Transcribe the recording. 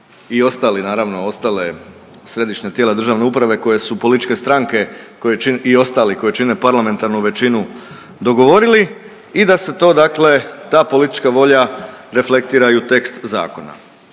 i ostali naravno ostale središnja tijela državne uprave koje su političke stranke i ostali koji čine parlamentarnu većinu dogovorili i da se to dakle ta politička volja reflektira i u tekst zakona.